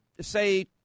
Say